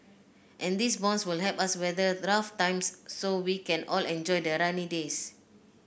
and these bonds will help us weather rough times so we can all enjoy the sunny days